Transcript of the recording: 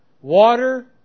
water